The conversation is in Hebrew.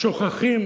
שוכחים